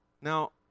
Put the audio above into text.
Now